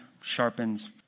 sharpens